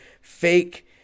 fake